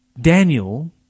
Daniel